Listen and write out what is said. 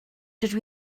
dydw